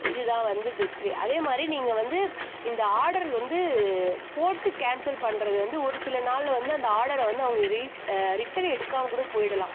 இது தான் வந்து பெஸ்ட் வே அதேமாதிரி நீங்கள் வந்து இந்த ஆடர் வந்து போட்டு கேன்சல் பண்ணுறது வந்து ஒரு சில நாள்ல வந்து அந்த ஆடரை வந்து அவங்க ரீ ரிட்டன் எடுக்காமல் கூட போய்விடலாம்